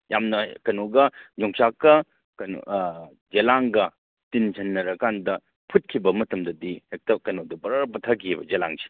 ꯌꯥꯝꯅ ꯀꯩꯅꯣꯒ ꯌꯣꯡꯆꯥꯛꯀ ꯀꯩꯅꯣ ꯌꯦꯂꯥꯡꯒ ꯇꯤꯟꯁꯤꯟꯅꯔꯀꯥꯟꯗ ꯐꯨꯠꯈꯤꯕ ꯃꯇꯝꯗꯗꯤ ꯍꯦꯛꯇ ꯀꯩꯅꯣꯗꯣ ꯕꯔ ꯄꯠꯊꯒꯤꯕ ꯌꯦꯂꯥꯡꯁꯦ